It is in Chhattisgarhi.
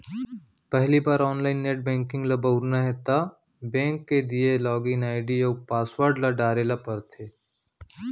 पहिली बार ऑनलाइन नेट बेंकिंग ल बउरना हे त बेंक के दिये लॉगिन आईडी अउ पासवर्ड ल डारे ल परथे